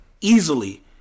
easily